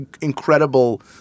incredible